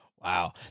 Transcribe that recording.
Wow